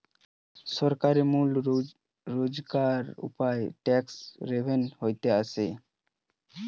সরকারের মূল রোজগারের উপায় ট্যাক্স রেভেন্যু লইতে আসে